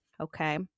Okay